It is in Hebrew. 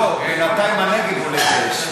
כבודו, בינתיים הנגב עולה באש.